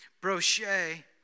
Brochet